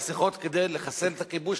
אלא שיחות כדי לחסל את הכיבוש,